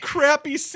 Crappy